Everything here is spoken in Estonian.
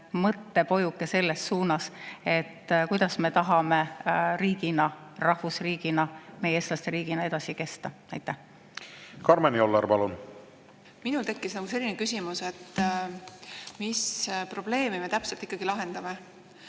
mõttepojuke selles suunas, kuidas me tahame riigina, rahvusriigina, meie eestlaste riigina edasi kesta. Karmen Joller, palun! Minul tekkis selline küsimus, et mis probleeme me täpselt ikkagi lahendame.